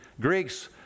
Greeks